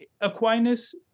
Aquinas